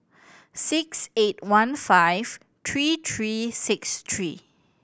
six eight one five three three six three